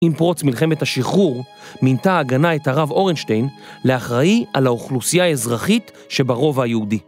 עם פרוץ מלחמת השחרור, מינתה ההגנה את הרב אורנשטיין, לאחראי, על האוכלוסייה האזרחית, שברובע היהודי.